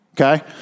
Okay